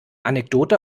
anekdote